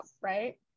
right